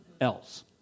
else